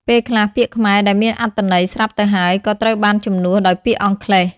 ពេលខ្លះ ពាក្យខ្មែរដែលមានអត្ថន័យស្រាប់ទៅហើយ ក៏ត្រូវបានជំនួសដោយពាក្យអង់គ្លេស។